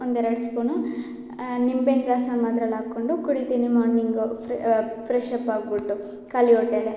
ಒಂದೆರಡು ಸ್ಪೂನು ನಿಂಬೆ ಹಣ್ಣು ರಸಂ ಅದ್ರಲ್ಲಿ ಹಾಕೊಂಡು ಕುಡಿತೀನಿ ಮಾರ್ನಿಂಗು ಫ್ರೆಶ್ ಅಪ್ ಆಗಿಬಿಟ್ಟು ಖಾಲಿ ಹೊಟ್ಟೆಲೆ